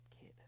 kid